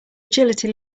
agility